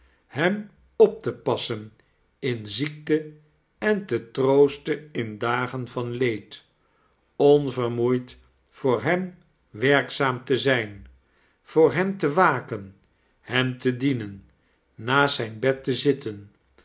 hem op te passen in ziekte en te troosten in dagen van leed onvermoeid voor hem werkzaam te zijn voor hem te waken hem te dienen naast zijn bed te zitteoi